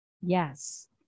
yes